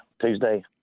Tuesday